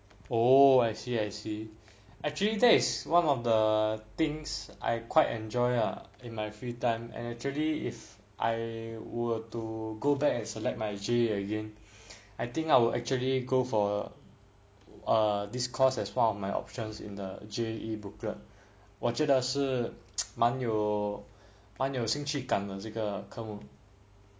oh I see I see actually that is one of the things I quite enjoy ah in my free time and actually if I were to go back and select my J_A_E again I think I will actually go for err this course as one of my options in the J_A_E booklet 我觉得是蛮有兴趣感了这个科目